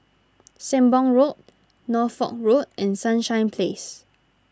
Sembong Road Norfolk Road and Sunshine Place